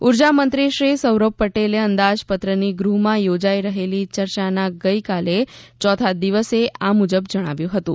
ઊર્જામંત્રી શ્રી સૌરભ પટેલે અંદાજપત્રની ગૃહમાં યોજાઈ રહેલી ચર્ચાના ગઈકાલે ચોથા દિવસે આ મુજબ જણાવ્યું હતું